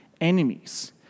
enemies